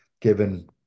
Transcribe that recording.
given